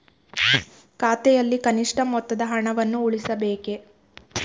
ಖಾತೆಯಲ್ಲಿ ಕನಿಷ್ಠ ಮೊತ್ತದ ಹಣವನ್ನು ಉಳಿಸಬೇಕೇ?